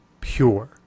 pure